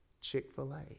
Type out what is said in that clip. Chick-fil-A